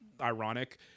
ironic